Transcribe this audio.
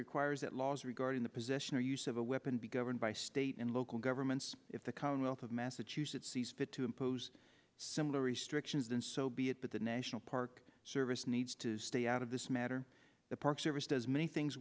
requires that laws regarding the position or use of a weapon be governed by state and local governments if the commonwealth of massachusetts sees fit to impose similar restrictions then so be it but the national park service needs to stay out of this matter the park service does many things